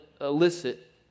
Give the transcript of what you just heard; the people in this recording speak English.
elicit